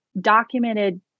documented